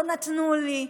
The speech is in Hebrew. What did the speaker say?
לא נתנו לי,